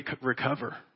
recover